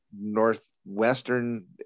northwestern